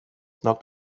knocked